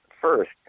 first